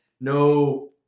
no